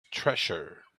treasure